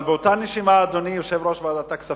אבל באותה נשימה, אדוני יושב-ראש ועדת הכספים,